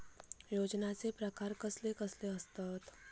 योजनांचे प्रकार कसले कसले असतत?